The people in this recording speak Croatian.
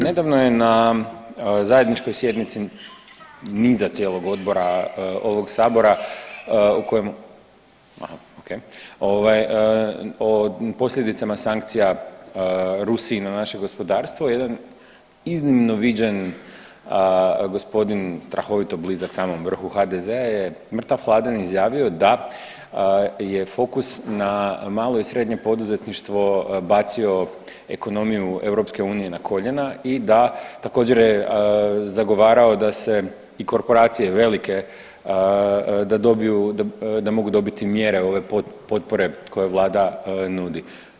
Nedavno je na zajedničkoj sjednici niza cijelog odbora ovog sabora u kojem o posljedicama sankcija Rusiji na naše gospodarstvo jedan iznimno viđen gospodin strahovito blizak samom vrhu HDZ-a je mrtav hladan izjavio da je fokus na malo i srednje poduzetništvo bacio ekonomiju EU na koljena i da također je zagovarao da se i korporacije velike da mogu dobiti mjere ove potpore koje vlada nudi.